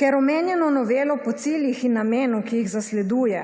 Ker omenjeno novelo po ciljih in namenu, ki jih zasleduje,